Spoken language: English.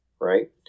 right